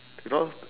you know